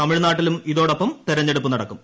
തമിഴ്നാട്ടിലും ഇതോടൊപ്പം തെരഞ്ഞെടുപ്പ് നടക്കും